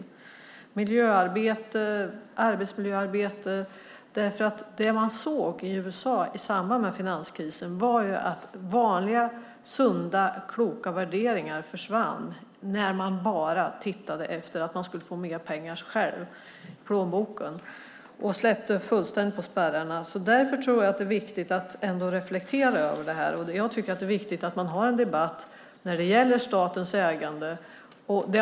Det gäller miljöarbete och arbetsmiljöarbete. Man såg nämligen i USA i samband med finanskrisen att vanliga sunda och kloka värderingar försvann när det enda som man tittade på var att man skulle få mer pengar själv i plånboken och släppte fullständigt på spärrarna. Därför tror jag att det är viktigt att reflektera över detta. Jag tycker att det är viktigt att man har en debatt när det gäller statens ägande.